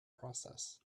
process